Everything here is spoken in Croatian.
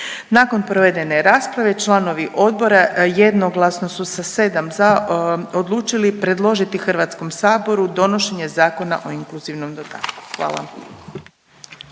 Nakon provedene rasprave članovi odbora jednoglasno su sa 7 za odlučili predložiti HS donošenje Zakona o inkluzivnom dodatku, hvala.